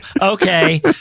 Okay